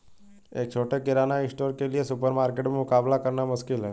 एक छोटे से किराना स्टोर के लिए सुपरमार्केट से मुकाबला करना मुश्किल है